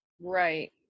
Right